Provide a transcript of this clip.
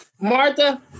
Martha